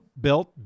built